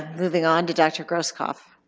moving on to dr. grohskopf.